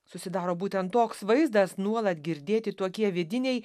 susidaro būtent toks vaizdas nuolat girdėti tokie vidiniai